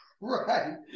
Right